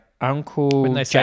Uncle